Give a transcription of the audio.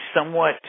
somewhat